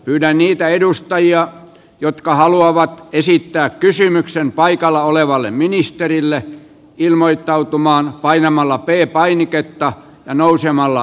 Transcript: kyllä niitä edustajia jotka haluavat esittää kysymyksen paikalla olevalle ministerille ilmoittautumaan painamalla pe painiketta nousemalla